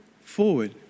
forward